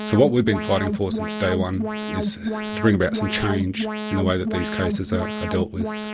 so what we've been fighting for since day one is to bring about some change in the way that these cases are ah dealt with.